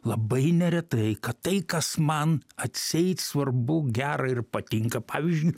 labai neretai kad tai kas man atseit svarbu gera ir patinka pavyzdžiui